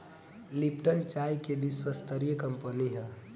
Lipton चाय के विश्वस्तरीय कंपनी हअ